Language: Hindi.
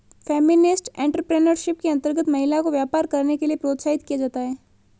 फेमिनिस्ट एंटरप्रेनरशिप के अंतर्गत महिला को व्यापार करने के लिए प्रोत्साहित किया जाता है